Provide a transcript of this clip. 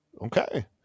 Okay